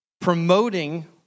promoting